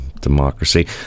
democracy